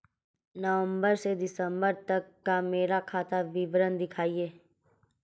नवंबर से दिसंबर तक का मेरा खाता विवरण दिखाएं?